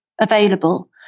available